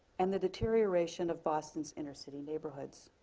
and the deterioration of boston's inner city neighborhoods.